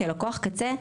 כלקוח קצה,